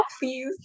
please